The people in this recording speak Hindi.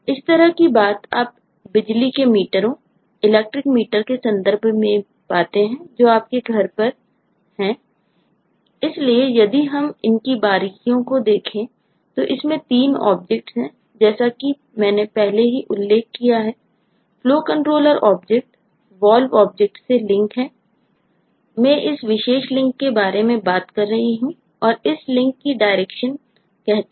इसी तरह की बात आप बिजली के मीटरोंइलेक्ट्रिकल मीटर भेज सकता है